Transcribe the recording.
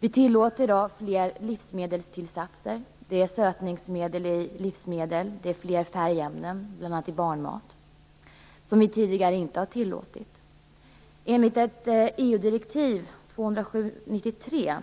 Vi tillåter i dag flera livsmedelstillsatser - sötningsmedel i livsmedel, fler färgämnen bl.a. i barnmat - som vi tidigare inte har tillåtit. Enligt EU direktivet 207/93